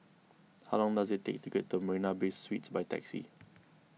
how long does it take to get to Marina Bay Suites by taxi